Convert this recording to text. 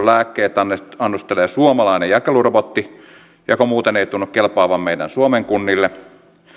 lääkkeet annostelee suomalainen jakelurobotti joka muuten ei tunnu kelpaavan meidän suomen kunnille